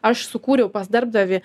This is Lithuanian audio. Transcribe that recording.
aš sukūriau pas darbdavį